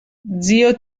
zio